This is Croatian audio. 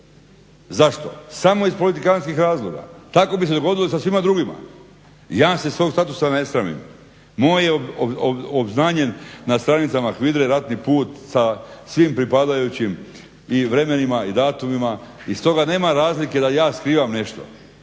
Zašto? Samo iz politikantskih razloga. Tako bi se dogodilo i sa svima drugima. Ja se svog statusa ne sramim. Moj je obznanjen na stranicama HVIDRA-e ratni put sa svim pripadajućim i vremenima i datumima i stoga nema razlike da ja skrivam nešto.